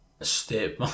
step